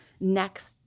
next